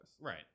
Right